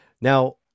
Now